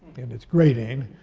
and it's grating,